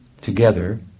together